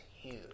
huge